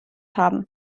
haben